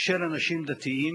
של אנשים דתיים,